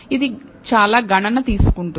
ఇది చాలా గణన తీసుకుంటుంది